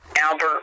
Albert